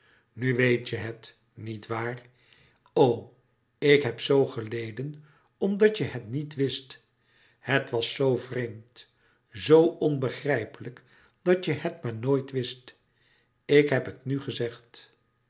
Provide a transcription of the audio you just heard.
nu weet je het niet waar o ik heb zoo geleden omdat je het niet wist het was zoo vreemd zoo onbegrijpelijk dat je het maar nooit wist ik heb het nu gezegd